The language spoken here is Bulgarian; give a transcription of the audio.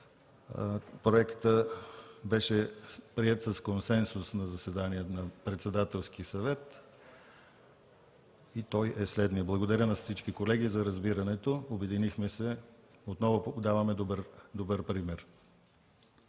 Проектът беше приет с консенсус на заседание на Председателския съвет и той е следният. Благодаря на всички колеги за разбирането – обединихме се, отново даваме добър пример.